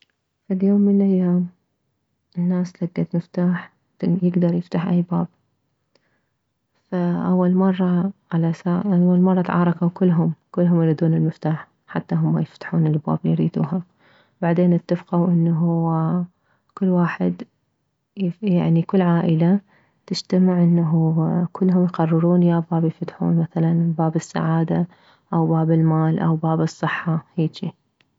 فد يوم من الايام الناس لكت مفتاح يكدر يفتح اي باب فأول مرة علساس فأول مرة تعاركو كلهم كلهم يريدون يريدون المفتاح حتى هم يفتحون الابواب الي يريدوها بعدين اتفقو انه كل واحد يعني كل عائلة يتجتمع انه يقررون يا باب يفتحون مثلا باب السعادة او باب المال او باب الصحة هيجي